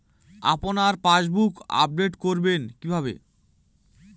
আপনার passbook update করবেন কিভাবে?